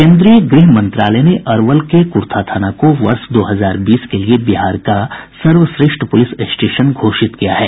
केन्द्रीय गृह मंत्रालय ने अरवल जिले के कुर्था थाना को वर्ष दो हजार बीस के लिए बिहार का सर्वश्रेष्ठ पुलिस स्टेशन घोषित किया है